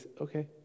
okay